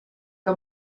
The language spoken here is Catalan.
que